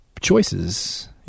choices